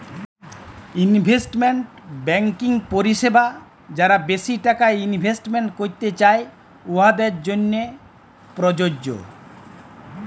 investment banking পরিছেবা যারা বেশি টাকা ইলভেস্ট ক্যইরতে চায়, উয়াদের জ্যনহে পরযজ্য